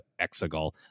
Exegol